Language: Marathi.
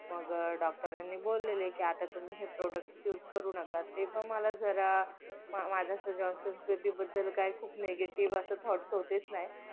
मग डॉक्टरांनी बोलले की आता तुम्ही हे प्रोडक्ट्स यूज करू नका तेव्हा मला जरा माझा जॉन्सन्स बेबीबद्दल काही खूप निगेटिव्ह असा थॉट्स होतेच नाही